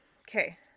Okay